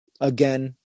Again